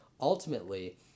Ultimately